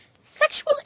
Sexual